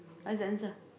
what's the answer